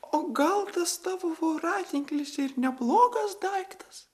o gal tas tavo voratinklis ir neblogas daiktas